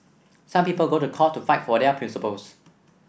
some people go to court to fight for their principles